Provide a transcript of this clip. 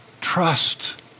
trust